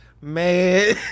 Man